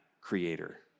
creator